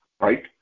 right